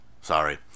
sorry